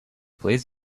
please